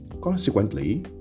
Consequently